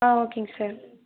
ஆ ஓகேங்க சார்